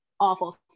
awful